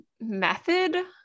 method